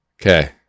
Okay